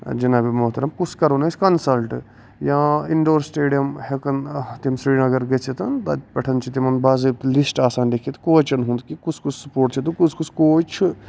جِنابی موحترم کُس کرٕون أسۍ کَنسلٹہٕ یا اِنڈور سِٹیڈیم ہٮ۪کن تِم سرینگر گٔژھِتھ تَتہِ پٮ۪ٹھ چھُ تِمن بازٲبطہٕ لِسٹ آسان لٮ۪کھِتھ کوچن ہُند کہِ کُس کُس سُپوٹ چھُ تہٕ کُس کوچ چھُ